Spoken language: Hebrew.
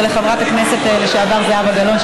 ולחברת הכנסת לשעבר זהבה גלאון,